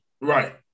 Right